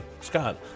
Scott